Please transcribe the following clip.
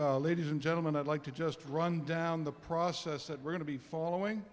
boys ladies and gentlemen i'd like to just run down the process that we're going to be following